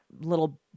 little